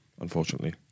Unfortunately